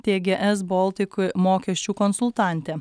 tgs baltic mokesčių konsultantė